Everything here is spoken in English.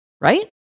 right